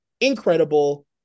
Incredible